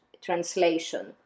translation